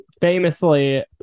Famously